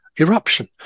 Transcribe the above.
eruption